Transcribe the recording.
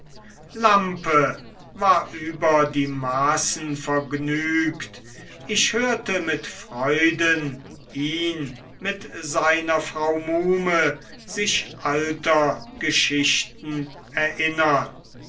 lampe war über die maßen vergnügt ich hörte mit freuden ihn mit seiner frau muhme sich alter geschichten erinnern